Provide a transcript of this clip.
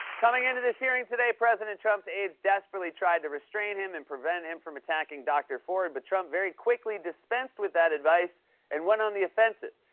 coming into this hearing today, president trump's aides desperately tried to restrain him and prevent him from attacking dr. ford, but trump very quickly dispensed with that advice and went on the offensive.